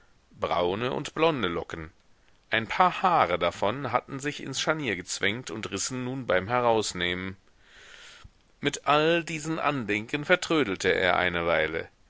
braune und blonde locken ein paar haare davon hatten sich ins scharnier gezwängt und rissen nun beim herausnehmen mit allen diesen andenken vertrödelte er eine weile